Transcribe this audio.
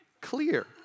clear